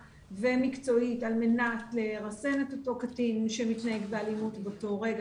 ומקצועית על מנת לרסן את אותו קטין שמתנהג באלימות באותו רגע,